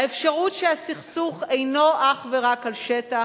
האפשרות שהסכסוך אינו אך ורק על שטח,